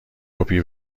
کپی